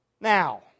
Now